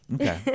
okay